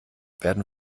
werden